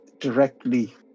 directly